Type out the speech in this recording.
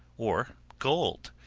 or gold.